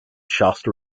shasta